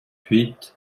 huit